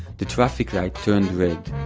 the traffic light turned red.